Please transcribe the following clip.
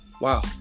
wow